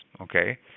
Okay